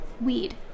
Weed